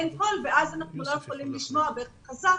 אין קול ואז אנחנו לא יכולים לשמוע בכי חזק.